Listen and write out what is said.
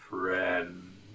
Friend